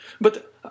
But